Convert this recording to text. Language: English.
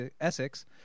Essex